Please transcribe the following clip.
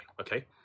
okay